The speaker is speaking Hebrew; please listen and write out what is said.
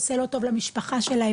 עושה לא טוב למשפחה שלהם,